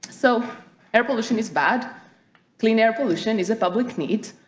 so air pollution is bad clean air pollution is a public need